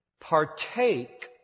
partake